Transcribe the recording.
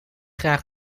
graag